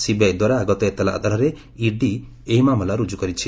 ସିବିଆଇଦ୍ୱାରା ଆଗତ ଏତଲା ଆଧାରରେ ଇଡି ଏହି ମାମଲା ରୁଜୁ କରିଛି